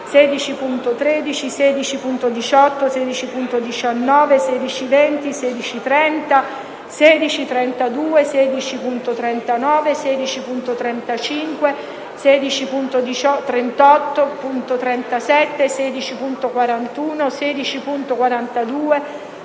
16.13, 16.18, 16.19, 16.20, 16.30, 16.32, 16.39, 16.35, 16.38, 16.37, 16.41,